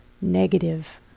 negative